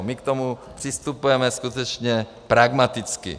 My k tomu přistupujeme skutečně pragmaticky.